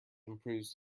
improves